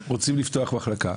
רוצים לפתוח מחלקה.